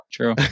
True